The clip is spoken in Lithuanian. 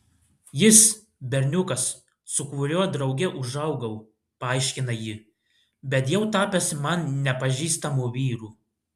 jis berniukas su kuriuo drauge užaugau paaiškina ji bet jau tapęs man nepažįstamu vyru